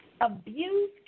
Abuse